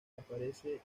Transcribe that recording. aparece